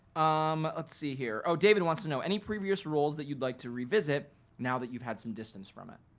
um let's see here oh david wants to know any previous roles that you'd like to revisit now that you've had some distance from it?